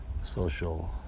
social